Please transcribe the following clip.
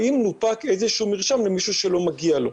האם נופק איזה שהוא מרשם למישהו שלא מגיע לו.